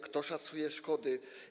Kto szacuje szkody?